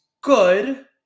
good